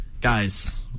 guys